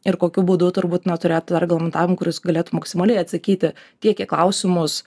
ir kokiu būdu turbūt na turėt tą reglamentavimą kuris galėtų maksimaliai atsakyt tiek į klausimus